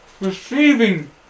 receiving